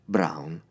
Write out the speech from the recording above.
Brown